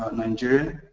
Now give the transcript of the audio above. nigeria.